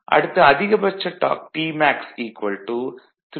அடுத்து அதிகபட்ச torque Tmax 3ωs 0